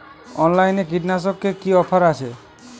অনলাইনে কীটনাশকে কি অফার আছে?